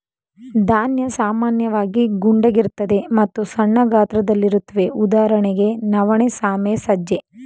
ಧಾನ್ಯ ಸಾಮಾನ್ಯವಾಗಿ ಗುಂಡಗಿರ್ತದೆ ಮತ್ತು ಸಣ್ಣ ಗಾತ್ರದಲ್ಲಿರುತ್ವೆ ಉದಾಹರಣೆಗೆ ನವಣೆ ಸಾಮೆ ಸಜ್ಜೆ